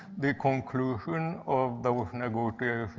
the conclusion of those negotiations